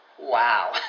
Wow